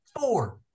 four